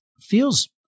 feels